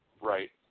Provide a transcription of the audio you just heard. Right